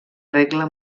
regla